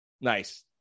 Nice